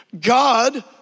God